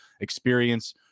Experience